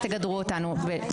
תגדרו אותנו.